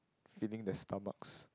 feeding the Starbucks